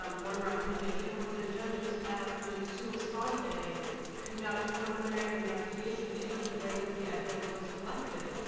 um one recommendation was that judges have to sua sponte conduct preliminary investigations into the way that the evidence was collected.